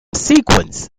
sequence